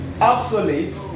Obsolete